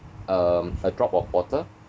um a drop of water